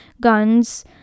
guns